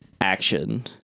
action